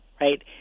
right